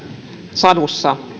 sadussa